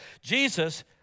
Jesus